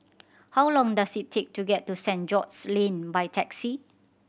how long does it take to get to Saint George's Lane by taxi